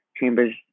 chambers